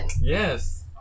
Yes